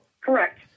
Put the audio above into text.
Correct